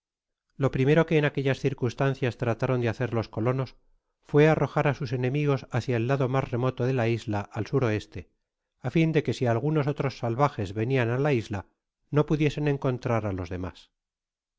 lo primero que en aquellas circunstancias trataron do hacer los colonos fué arrojar á sus enemigos hácia el lado mas remoto de la isla al s o á fin de que si algunos otros salvajes venian á la isla no pudiesen encontrar á los demas